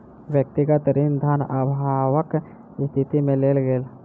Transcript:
व्यक्तिगत ऋण धन अभावक स्थिति में लेल गेल